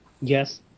Yes